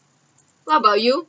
what about you